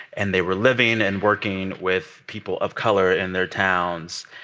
and they were living and working with people of color in their towns